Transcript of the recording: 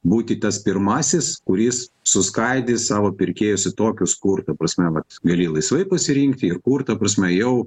būti tas pirmasis kuris suskaidys savo pirkėjus į tokius kur ta prasme vat gali laisvai pasirinkti ir kur ta prasme jau